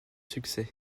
succès